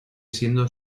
siendo